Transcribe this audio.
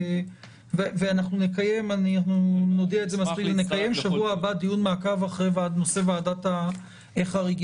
אנחנו נקיים שבוע הבא דיון מעקב אחרי נושא ועדות החריגים.